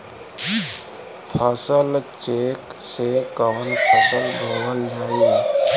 फसल चेकं से कवन फसल बोवल जाई?